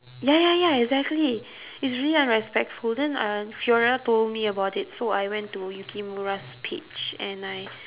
ya ya ya exactly it's really unrespectful then uh fiorel told me about it so I went to yukimura's page and I